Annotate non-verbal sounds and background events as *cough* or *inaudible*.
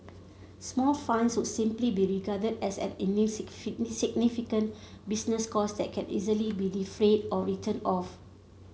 small fines would simply be regarded as an *unintelligible* business cost that can easily be defrayed or written off